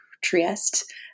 Trieste